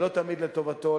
ולא תמיד לטובתו.